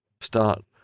Start